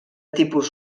tipus